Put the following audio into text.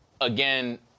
again